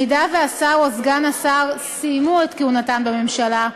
אם השר או סגן השר סיים את כהונתו בממשלה,